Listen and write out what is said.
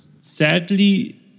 Sadly